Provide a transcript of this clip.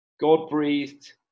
God-breathed